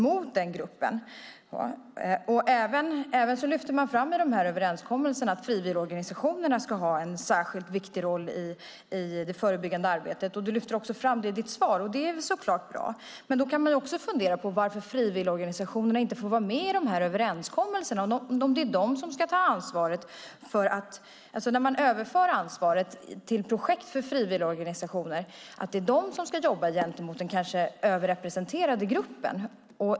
Man lyfter fram i överenskommelsen att frivilligorganisationerna ska ha en särskilt viktig roll i det förebyggande arbetet, och du lyfter också fram det i ditt svar. Det är bra. Man kan fundera på varför frivilligorganisationerna inte får vara med i överenskommelserna när man överför ansvaret för projekt till frivilligorganisationerna, och det är de som ska jobba mot den överrepresenterade gruppen.